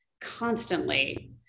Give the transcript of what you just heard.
constantly